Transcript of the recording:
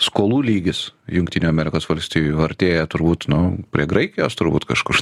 skolų lygis jungtinių amerikos valstijų artėja turbūt nu prie graikijos turbūt kažkur